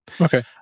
Okay